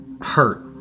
hurt